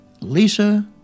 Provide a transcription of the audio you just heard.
Lisa